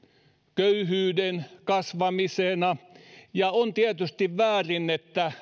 köyhyyden kasvamisena ja on tietysti väärin että